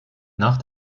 nach